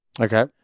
Okay